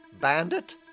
Bandit